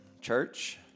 church